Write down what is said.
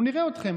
אנחנו נראה אתכם,